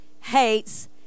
hates